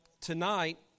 tonight